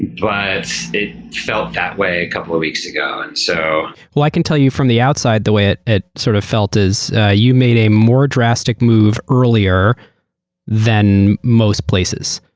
but it felt that way a couple of weeks ago. and so i can tell you from the outside the way it it sort of felt is ah you made a more drastic move earlier than most places.